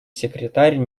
секретарь